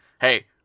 hey